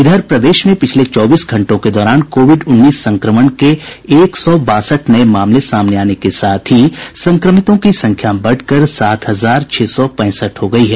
इधर प्रदेश में पिछले चौबीस घंटों के दौरान कोविड उन्नीस संक्रमण के एक सौ बासठ नये मामले सामने आने के साथ ही संक्रमितों की संख्या बढ़कर सात हजार छह सौ पैंसठ हो गयी है